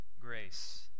grace